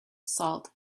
salt